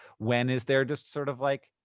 when is there just sort of, like,